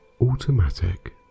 automatic